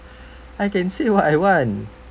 I can say what I want